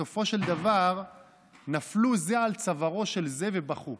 בסופו של דבר נפלו זה על צווארו של זה ובכו.